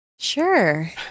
Sure